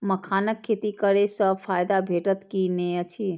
मखानक खेती करे स फायदा भेटत की नै अछि?